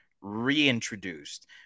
reintroduced